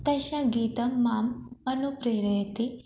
तस्य गीतं माम् अनुप्रेरयति